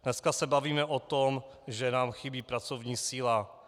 Dnes se bavíme o tom, že nám chybí pracovní síla.